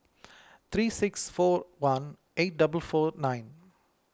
three six four one eight double four nine